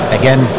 again